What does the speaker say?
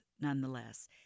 nonetheless